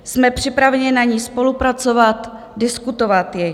Jsme připraveni na ní spolupracovat, diskutovat ji.